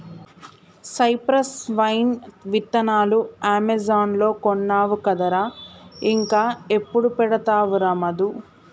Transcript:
cypress vine విత్తనాలు Amazon లో కొన్నావు కదరా ఇంకా ఎప్పుడు పెడతావురా మధు